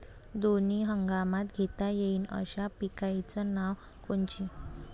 दोनी हंगामात घेता येईन अशा पिकाइची नावं कोनची?